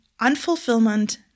unfulfillment